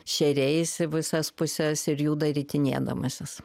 šeriais į visas puses ir juda ritinėdamasis